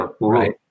Right